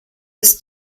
ist